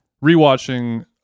re-watching